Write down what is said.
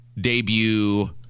debut